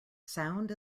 sound